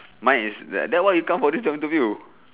mine is that then why you come for this job interview